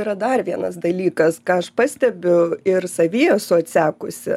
yra dar vienas dalykas ką aš pastebiu ir savy esu atsekusi